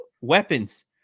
weapons